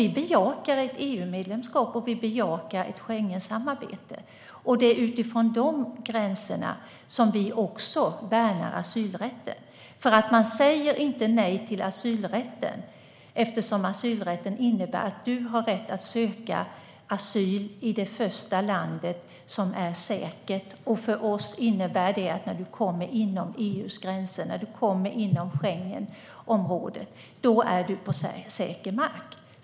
Vi bejakar ett EU-medlemskap, och vi bejakar ett Schengensamarbete. Det är utifrån de gränserna vi också värnar asylrätten. Man säger nämligen inte nej till asylrätten, eftersom asylrätten innebär att människor har rätt att söka asyl i det första landet som är säkert. För oss innebär det att den som kommer inom EU:s gränser - inom Schengenområdet - är på säker mark.